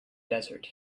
desert